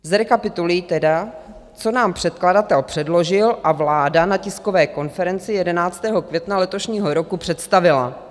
Zrekapituluji tedy, co nám předkladatel předložil a vláda na tiskové konferenci 11. května letošního roku představila.